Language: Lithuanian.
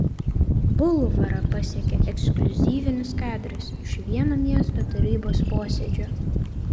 bulvarą pasiekė ekskliuzyvinis kadras iš vieno miesto tarybos posėdžio